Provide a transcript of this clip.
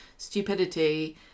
stupidity